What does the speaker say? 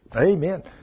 amen